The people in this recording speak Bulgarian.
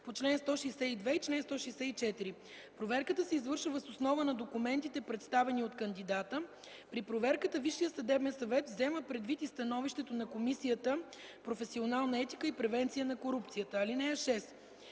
по чл. 162 и чл. 164. Проверката се извършва въз основа на документите, представени от кандидата. При проверката Висшият съдебен съвет взема предвид и становището на Комисията „Професионална етика и превенция на корупцията”. (6)